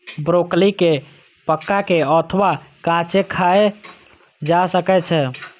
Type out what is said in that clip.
broccoli कें पका के अथवा कांचे खाएल जा सकै छै